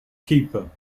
keeper